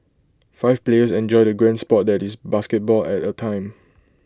five players enjoy the grand Sport that is basketball at A time